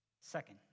Second